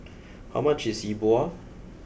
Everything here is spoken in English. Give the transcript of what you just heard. how much is E Bua